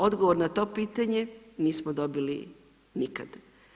Odgovor na to pitanje nismo dobili nikad.